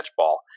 Catchball